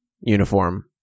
uniform